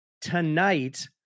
tonight